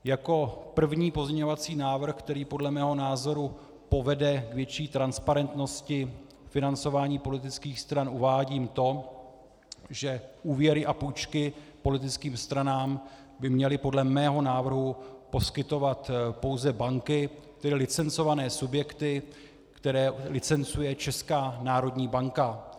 Jako první pozměňovací návrh, který podle mého názoru povede k větší transparentnosti financování politických stran, uvádím to, že úvěry a půjčky politickým stranám by měly podle mého návrhu poskytovat pouze banky, tedy licencované subjekty, které licencuje Česká národní banka.